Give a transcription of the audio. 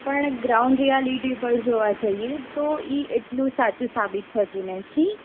પણ ground reality પર જોવા જઈએ તો એ એટલું સાચું સાબિત થતું નથી